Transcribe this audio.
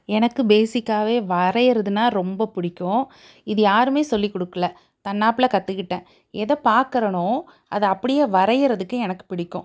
எனக்கு பேசிக்காகவே வரைகிறதுன்னா ரொம்ப பிடிக்கும் இது யாரும் சொல்லிக் கொடுக்கல தன்னாப்பில கற்றுக்கிட்டேன் எதை பாக்கிறனோ அதை அப்படியே வரைகிறதுக்கு எனக்கு பிடிக்கும்